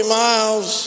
miles